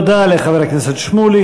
תודה לחבר הכנסת שמולי.